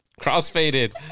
Crossfaded